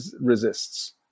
resists